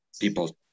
people